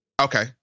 Okay